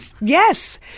Yes